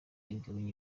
igabanya